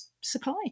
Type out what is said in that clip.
supply